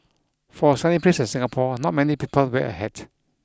for a sunny place like Singapore not many people wear a hat